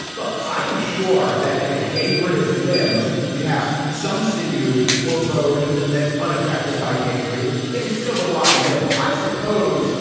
look, i am sure that in a gangrenous limb you'd have some sinew or bone that's unaffected by gangrene. yet it's still a rotten limb, i suppose,